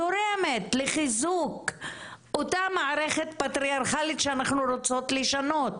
תורמת לחיזוק אותה מערכת פטריארכלית שאנחנו רוצות לשנות.